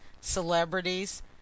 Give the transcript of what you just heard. celebrities